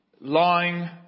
lying